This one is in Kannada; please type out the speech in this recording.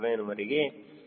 7 ವರೆಗೆ ಅಥವಾ 0